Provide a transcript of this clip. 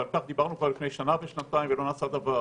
ועל כך דיברנו כבר לפני שנה ושנתיים ולא נעשה דבר,